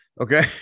Okay